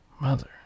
Mother